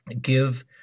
give